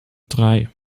drei